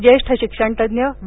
ज्येष्ठ शिक्षणतज्ज्ञ वि